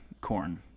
corn